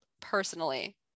personally